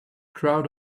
crowd